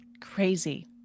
crazy